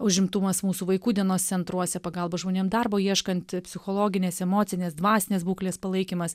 užimtumas mūsų vaikų dienos centruose pagalba žmonėm darbo ieškant psichologinės emocinės dvasinės būklės palaikymas